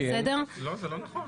לא, זה לא נכון.